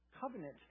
covenant